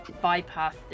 bypass